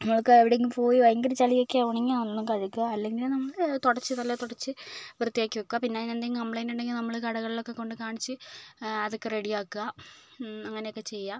നിങ്ങൾക്ക് എവിടെയെങ്കിലും പോയി ഭയങ്കര ചെളിയൊക്കെ ആകുവാണെങ്കിൽ അന്ന് കഴുകുക അല്ലെങ്കിൽ നമ്മള് തുടച്ച് നല്ല തുടച്ച് വൃത്തിയാക്കി വെക്കുക പിന്നെ അതിന് എന്തെങ്കിലും കംപ്ലൈന്റ് ഉണ്ടെങ്കിൽ നമ്മള് കടകളിലൊക്കെ കൊണ്ട് കാണിച്ച് അതൊക്കെ റെഡിയാക്കുക അങ്ങനെയൊക്കെ ചെയ്യുക